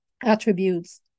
attributes